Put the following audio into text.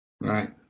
Right